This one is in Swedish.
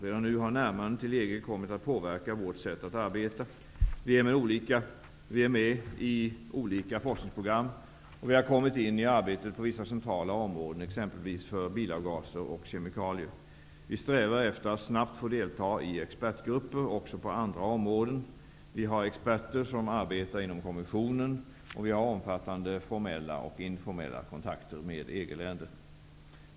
Redan nu har närmandet till EG kommit att påverka vårt sätt att arbeta. Vi är med i olika forskningsprogram. Vi har kommit in i arbetet på vissa centrala områden, exempelvis för bilavgaser och kemikalier. Vi strävar efter att snabbt få delta i expertgrupper också på andra områden. Vi har experter som arbetar inom kommissionen. Och vi har omfattande formella och informella kontakter med EG-länder.